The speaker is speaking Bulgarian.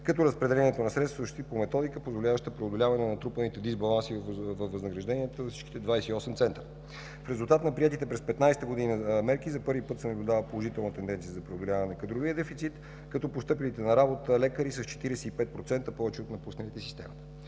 като разпределението на средствата да се осъществи по методика, позволяваща преодоляване на натрупаните дисбаланси във възнагражденията за всичките 28 центъра. В резултат на приетите мерки през 2015 г. за първи път се наблюдава положителна тенденция за преодоляване на кадровия дефицит, като постъпилите на работа лекари е с 45% повече от напусналите система,